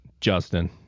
Justin